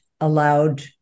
allowed